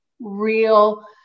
real